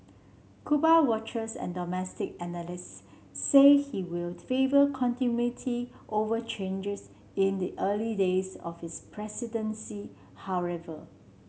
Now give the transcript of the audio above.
Cuba watchers and domestic analysts say he will favour continuity over changers in the early days of his presidency however